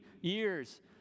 years